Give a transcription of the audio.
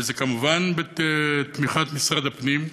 וזה כמובן בתמיכת משרד הפנים,